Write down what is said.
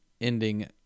ending